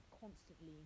constantly